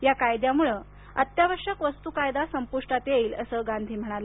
या कायद्यामुळं अत्यावश्यक वस्तू कायदा संपुष्टात येईल असं गांधी म्हणाले